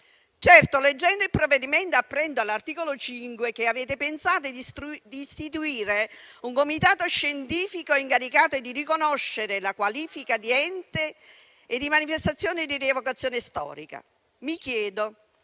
Certo, leggendo il provvedimento, apprendo all'articolo 5 che avete pensato di istituire un comitato scientifico incaricato di riconoscere la qualifica di ente e di manifestazione di rievocazione storica. Mi chiedo